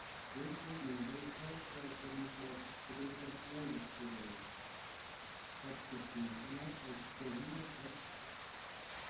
jau po mėnesio šios gamyklos turėtų atnaujinti veiklą tad tikėtina kad dyzelinas atpigs